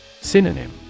Synonym